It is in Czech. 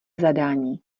zadání